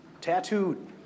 Tattooed